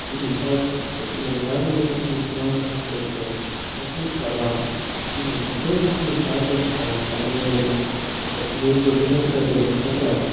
کِہیٖنۍ تاکہِ تِمن گاڈن گَژھنہٕ اَہنٛدِ سران سۭتۍ کیٚنٛہہ تکلیٖف واتٕنۍ کہیٖنۍ بیٚیہِ حظ گَژھن یِم تتھ جایہِ سران کَرٕنۍ یتھ جایہِ نہٕ مطلب نیٚچرل ڈزاسٹر یِنُک خطرٕ آسہِ